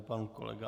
Pan kolega